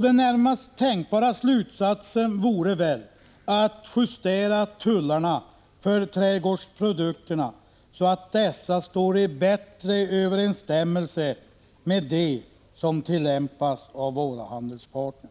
Den närmast tänkbara slutsatsen vore väl att justera tullarna för trädgårdsprodukter så att de står i bättre överensstämmelse med dem som tillämpas av våra handelspartner.